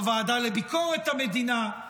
בוועדה לביקורת המדינה,